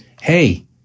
Hey